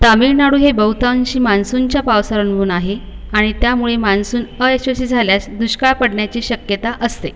तामीळनाडू हे बहुतांशी मान्सूनच्या पावसावर अवलंबून आहे आणि त्यामुळे मान्सून अयशस्वी झाल्यास दुष्काळ पडण्याची शक्यता असते